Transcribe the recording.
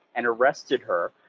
and arrested her.